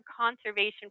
conservation